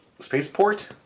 spaceport